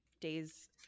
days